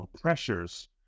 pressures